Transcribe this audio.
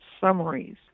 summaries